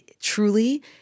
truly